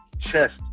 chest